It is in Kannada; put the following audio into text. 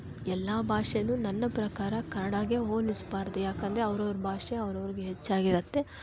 ಎಲ್ಲ ಭಾಷೇ ನನ್ನ ಪ್ರಕಾರ ಕನ್ನಡಗೆ ಹೋಲಿಸಬಾರ್ದು ಯಾಕಂದರೆ ಅವ್ರ ಅವ್ರ ಭಾಷೆ ಅವ್ರು ಅವ್ರ್ಗೆ ಹೆಚ್ಚಾಗಿರುತ್ತೆ